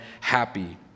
happy